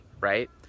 right